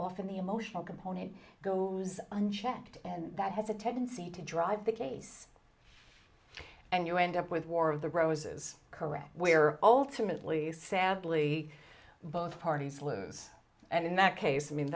often the emotional component go unchecked and that has a tendency to drive the case and you end up with war of the roses correct where ultimately sadly both parties lose and in that case i mean